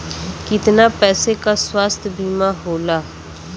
कितना पैसे का स्वास्थ्य बीमा होला?